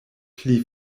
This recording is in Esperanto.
pli